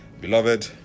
Beloved